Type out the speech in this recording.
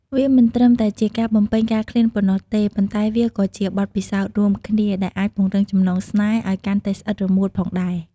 វាមិនត្រឹមតែជាការបំពេញការឃ្លានប៉ុណ្ណោះទេ ប៉ុន្តែវាក៏ជាបទពិសោធន៍រួមគ្នាដែលអាចពង្រឹងចំណងស្នេហ៍ឲ្យកាន់តែស្អិតរមួតផងដែរ។